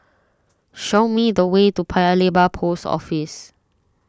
show me the way to Paya Lebar Post Office